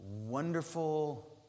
...wonderful